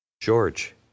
George